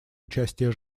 участия